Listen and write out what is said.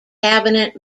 cabinet